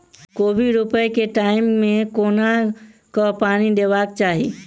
कोबी रोपय केँ टायम मे कोना कऽ पानि देबाक चही?